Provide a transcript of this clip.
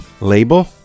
label